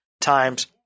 times